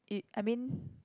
it I mean